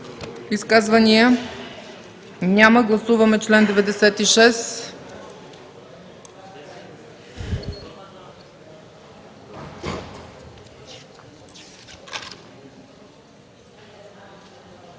Изказвания? Няма. Гласуваме чл. 110. Гласували